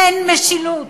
אין משילות.